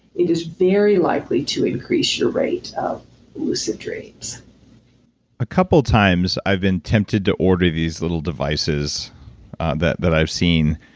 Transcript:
it is very likely to increase your rate of lucid dreams a couple of times, i've been tempted to order these little devices that that i've seen.